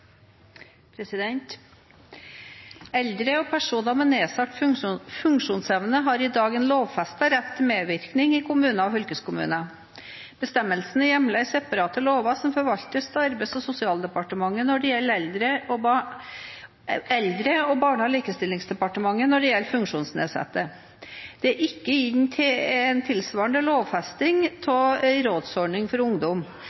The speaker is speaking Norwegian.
vedtatt. Eldre og personer med nedsatt funksjonsevne har i dag en lovfestet rett til medvirkning i kommuner og fylkeskommuner. Bestemmelsene er hjemlet i separate lover som forvaltes av Arbeids- og sosialdepartementet når det gjelder eldre, og Barne- og likestillingsdepartementet når det gjelder funksjonsnedsatte. Det er ikke gitt tilsvarende lovfesting av en rådsordning for ungdom,